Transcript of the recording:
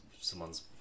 someone's